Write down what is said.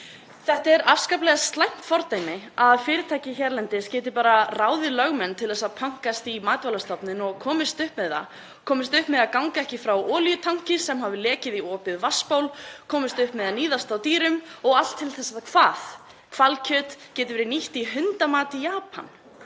Það er afskaplega slæmt fordæmi að fyrirtæki hérlendis geti bara ráðið lögmenn til að pönkast í Matvælastofnun og komist upp með það og komist upp með að ganga ekki frá olíutanki sem hefur lekið í opið vatnsból og komist upp með að níðast á dýrum og allt til hvers? Til þess að hvalkjöt geti verið nýtt í hundamat í Japan.